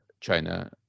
China